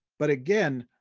but again,